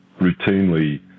routinely